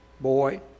boy